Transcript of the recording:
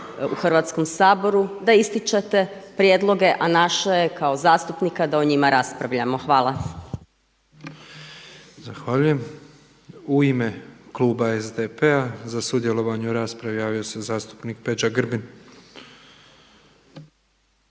u Hrvatskom saboru da ističete prijedloge, a naše je kao zastupnika da o njima raspravljamo. Hvala. **Petrov, Božo (MOST)** Zahvaljujem. U ime Kluba SDP-a za sudjelovanje u raspravi javio se zastupnik Peđa Grbin.